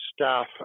staff